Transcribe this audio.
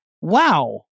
wow